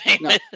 No